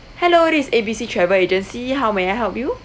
hello this is A B C travel agency how may I help you